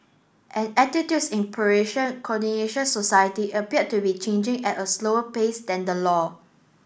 and attitudes in Croatian society appear to be changing at a slower pace than the law